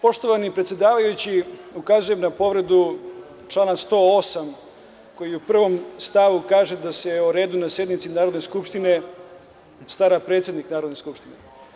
Poštovani predsedavajući, ukazujem na povredu člana 108. koji u prvom stavu kaže da se o redu na sednici Narodne skupštine stara predsednik Narodne skupštine.